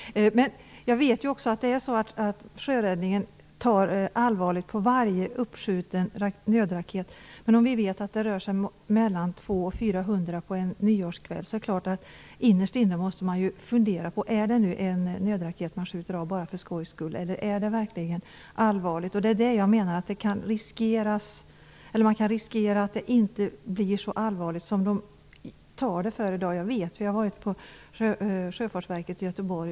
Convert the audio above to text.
Fru talman! Hushållskassan betalar väl inte detta! Jag vet också att sjöräddningen tar allvarligt på varje uppskjuten nödraket. Men om man vet att mellan 200 och 400 okynnesraketer skjuts upp på en nyårskväll måste man innerst inne fundera på om varje nödraket skjutits av för skojs skull eller om situationen verkligen är allvarlig. Vi riskerar att sjöräddningen inte kommer att ta varje raket så allvarligt som man gör i dag. Jag vet detta, för jag har varit på Sjöfartsverket i Göteborg.